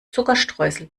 zuckerstreuseln